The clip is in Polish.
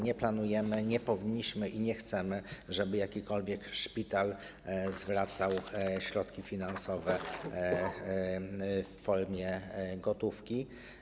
Nie planujemy, nie powinniśmy i nie chcemy, żeby jakikolwiek szpital zwracał środki finansowe w formie gotówki.